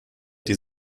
die